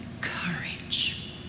courage